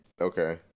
Okay